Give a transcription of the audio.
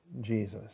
Jesus